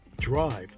drive